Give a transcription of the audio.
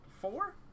four